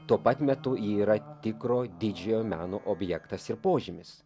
tuo pat metu ji yra tikro didžiojo meno objektas ir požymis